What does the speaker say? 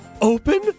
open